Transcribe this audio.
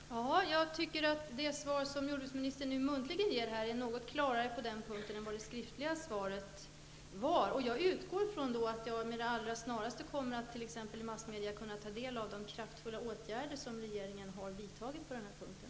Herr talman! Jag tycker att det svar som jordbruksministern nu ger muntligen är något klarare än det skriftliga svaret. Jag utgår då från att jag snarast, t.ex. i massmedia, kommer att kunna ta del av de kraftfulla åtgärder som regeringen har vidtagit på den här punkten.